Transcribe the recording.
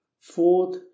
Fourth